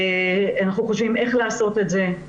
אנחנו חושבים איך לעשות את זה.